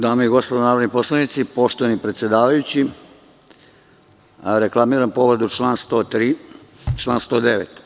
Dame i gospodo narodni poslanici, poštovani predsedavajući, reklamiram povredu člana 103. i člana 109.